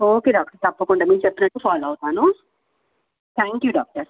okay doctor తప్పకుండా మీరు చెప్పినట్టు ఫాలో అవుతాను త్యాంక్ యూ డాక్టర్